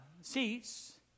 seats